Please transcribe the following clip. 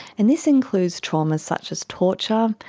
and this includes traumas such as torture,